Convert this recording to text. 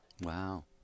Wow